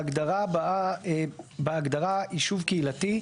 ההגדרה הבאה: (4) בהגדרה "ישוב קהילתי",